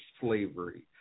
slavery